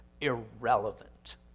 irrelevant